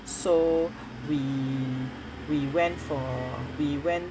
so we we went for we went